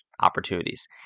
opportunities